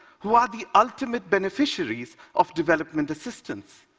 who are the ultimate beneficiaries of development assistance.